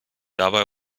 dabei